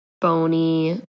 bony